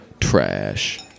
trash